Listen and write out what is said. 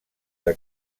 que